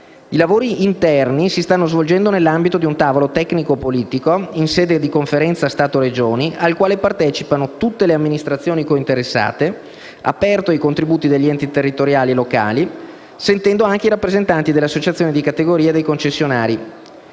I lavori interni si stanno svolgendo nell'ambito di un tavolo tecnico-politico, in sede di Conferenza Stato-Regioni, al quale partecipano tutte le amministrazioni cointeressate, aperto ai contributi degli enti territoriali locali, sentendo anche i rappresentanti delle associazioni di categoria dei concessionari.